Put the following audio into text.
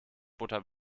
butter